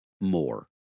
more